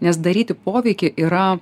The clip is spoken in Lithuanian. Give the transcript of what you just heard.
nes daryti poveikį yra